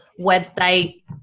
website